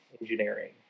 engineering